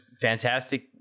fantastic